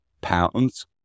pounds